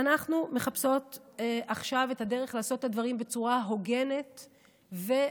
אנחנו מחפשות עכשיו את הדרך לעשות את הדברים בצורה הוגנת ויעילה,